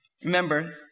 Remember